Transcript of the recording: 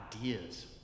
ideas